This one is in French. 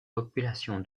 population